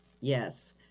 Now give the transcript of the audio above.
Yes